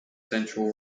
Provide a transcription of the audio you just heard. central